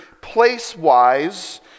place-wise